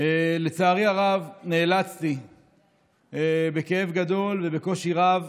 לצערי הרב נאלצתי בכאב גדול ובקושי רב